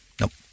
Nope